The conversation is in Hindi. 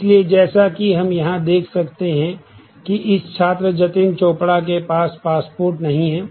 इसलिए जैसा कि हम यहां देख सकते हैं कि इस छात्र जतिन चोपड़ा के पास पासपोर्ट नहीं है